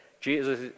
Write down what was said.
Jesus